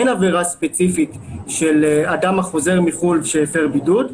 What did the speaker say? אין עבירה ספציפית של אדם החוזר מחו"ל שהפר בידוד.